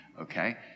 okay